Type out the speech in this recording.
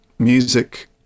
music